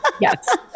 Yes